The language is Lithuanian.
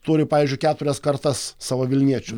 turi pavyzdžiui keturias kartas savo vilniečių